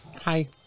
Hi